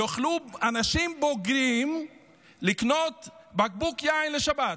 יוכלו אנשים בוגרים לקנות בקבוק יין לשבת.